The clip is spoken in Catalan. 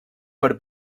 per